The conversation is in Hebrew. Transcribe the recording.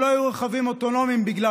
או לא היו רכבים אוטונומיים בגלל